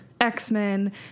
X-Men